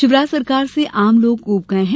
शिवराज सरकार से आम लोग ऊब गए हैं